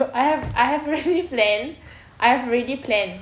I have I have already planned I have already planned